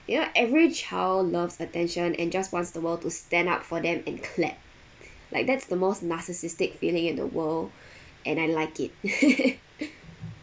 you know every child loves attention and just wants the world to stand up for them and clap like that's the most narcissistic feeling in the world and I like it